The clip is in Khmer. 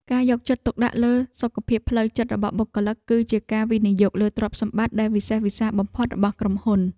ការយកចិត្តទុកដាក់លើសុខភាពផ្លូវចិត្តរបស់បុគ្គលិក គឺជាការវិនិយោគលើទ្រព្យសម្បត្តិដែលវិសេសវិសាលបំផុតរបស់ក្រុមហ៊ុន។